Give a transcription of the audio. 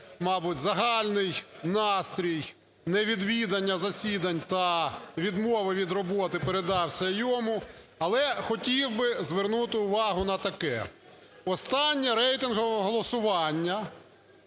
мабуть, загальний настрій невідвідання засідань та відмова від роботи передався йому. Але хотів би звернути увагу на таке. Останнє рейтингове голосування